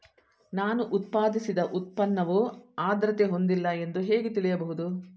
ನಾನು ಉತ್ಪಾದಿಸಿದ ಉತ್ಪನ್ನವು ಆದ್ರತೆ ಹೊಂದಿಲ್ಲ ಎಂದು ಹೇಗೆ ತಿಳಿಯಬಹುದು?